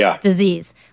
disease